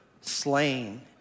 slain